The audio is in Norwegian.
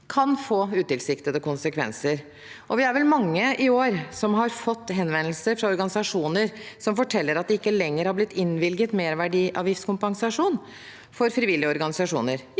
få utilsiktede konsekvenser. Vi er vel mange som i år har fått henvendelser fra organisasjoner som forteller at de ikke lenger har fått innvilget søknader om merverdiavgiftskompensasjon for frivillige organisasjoner,